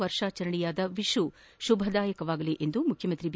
ವರ್ಷಾಚರಣೆಯಾದ ವಿಶು ಶುಭದಾಯಕವಾಗಲಿ ಎಂದು ಮುಖ್ಯಮಂತ್ರಿ ಬಿ